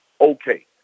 okay